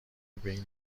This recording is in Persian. بین